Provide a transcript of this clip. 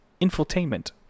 infotainment